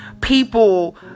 people